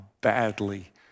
badly